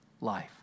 life